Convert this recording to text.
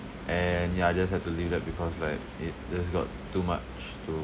and ya I just had to leave that because like it just got too much to